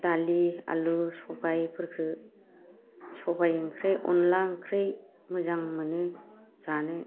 दालि आलु सबायफोरखौ सबाय ओंख्रि अनला ओंख्रि मोजां मोनो जानो